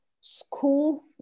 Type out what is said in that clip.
school